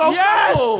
yes